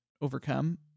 overcome